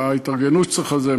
מה ההתארגנות שצריך לזה,